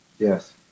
Yes